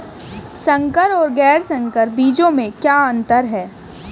संकर और गैर संकर बीजों में क्या अंतर है?